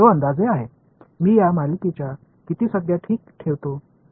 இப்போது இதை ஒருங்கிணைக்க விரும்புகிறேன்